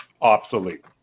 obsolete